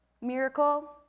miracle